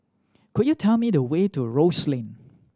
could you tell me the way to Rose Lane